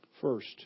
First